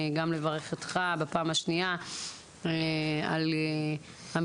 גם לברך אותך בפעם השנייה על המינוי,